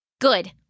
Good